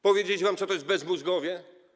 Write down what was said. Powiedzieć wam, co to jest bezmózgowie?